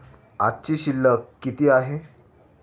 आजची शिल्लक किती आहे?